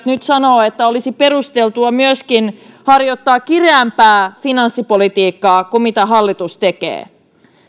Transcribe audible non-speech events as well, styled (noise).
(unintelligible) nyt sanovat että olisi myöskin perusteltua harjoittaa kireämpää finanssipolitiikkaa kuin mitä hallitus tekee